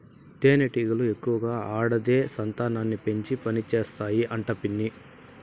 తేనెటీగలు ఎక్కువగా ఆడదే సంతానాన్ని పెంచి పనిచేస్తాయి అంట పిన్ని